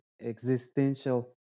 existential